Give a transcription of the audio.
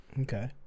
Okay